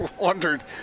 wondered